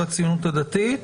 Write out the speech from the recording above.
והציונות הדתית,